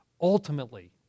Ultimately